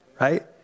right